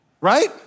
Right